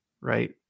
right